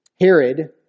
Herod